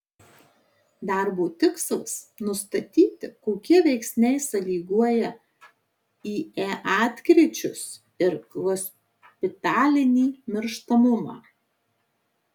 darbo tikslas nustatyti kokie veiksniai sąlygoja ie atkryčius ir hospitalinį mirštamumą